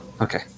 okay